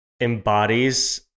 embodies